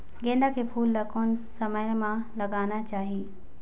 गेंदा के फूल ला कोन समय मा लगाना चाही?